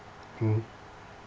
mmhmm